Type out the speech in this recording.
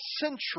central